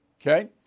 Okay